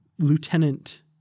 Lieutenant